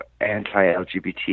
anti-LGBT